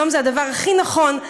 היום זה הדבר הכי נכון,